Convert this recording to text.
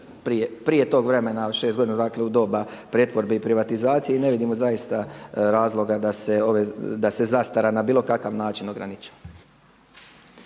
prije tog vremena od 6 godina, dakle u doba pretvorbe i privatizacije. I ne vidimo zaista razloga da se zastara na bilo kakav način ograniči.